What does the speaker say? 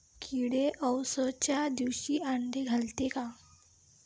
किडे अवसच्या दिवशी आंडे घालते का?